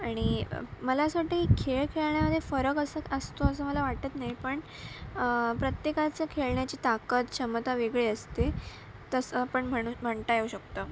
आणि मला असं वाटतं की खेळ खेळण्यामध्ये फरक असा असतो असं मला वाटत नाही पण प्रत्येकाचं खेळण्याची ताकद क्षमता वेगळी असते तसं पण म्हणू म्हणता येऊ शकतं